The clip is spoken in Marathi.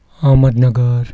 अहमदनगर